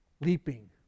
leaping